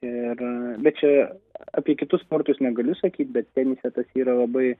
ir bet čia apie kitus sportus negaliu sakyt bet tenise tas yra labai